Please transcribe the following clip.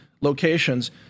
locations